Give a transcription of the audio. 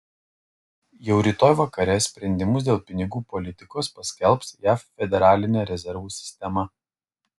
jau rytoj vakare sprendimus dėl pinigų politikos paskelbs jav federalinė rezervų sistema